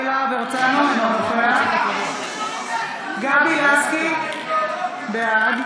הרצנו, אינו נוכח גבי לסקי, בעד